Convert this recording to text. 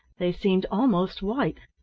they seemed almost white.